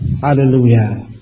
Hallelujah